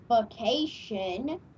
vacation